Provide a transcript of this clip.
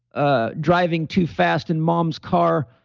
ah driving too fast in mom's car,